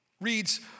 reads